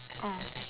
oh